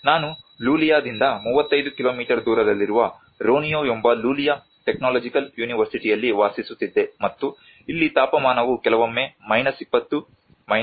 ನಾನು ಲುಲಿಯಾದಿಂದ 35 ಕಿಲೋಮೀಟರ್ ದೂರದಲ್ಲಿರುವ ರೋನಿಯೊ ಎಂಬ ಲುಲಿಯಾ ಟೆಕ್ನಾಲಜಿಕಲ್ ಯೂನಿವರ್ಸಿಟಿಯಲ್ಲಿ ವಾಸಿಸುತ್ತಿದ್ದೆ ಮತ್ತು ಇಲ್ಲಿ ತಾಪಮಾನವು ಕೆಲವೊಮ್ಮೆ 20 30 32 ಕ್ಕೆ ಹೋಗುತ್ತದೆ